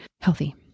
healthy